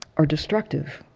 are destructive.